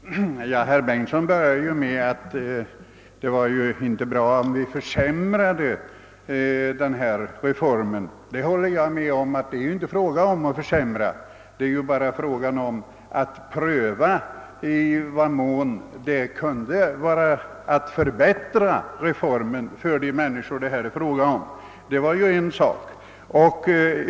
Herr talman! Herr Bengtsson i Varberg började med att säga att vi inte borde försämra reformen. Det håller jag med om. Det är inte fråga om att försämra den. Vårt förslag går ut på att pröva i vad mån man skulle kunna förbättra reformen för de människor det gäller.